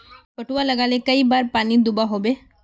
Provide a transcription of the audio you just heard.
पटवा लगाले कई बार पानी दुबा होबे?